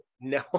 No